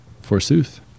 Forsooth